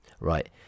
Right